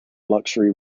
luxury